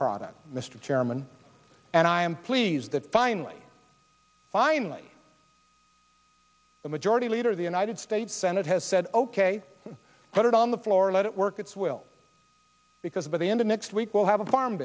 product mr chairman and i am pleased that finally finally a majority leader of the united states senate has said ok put it on the floor let it work its will because by the end of next week we'll have a farm